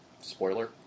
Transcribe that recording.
spoiler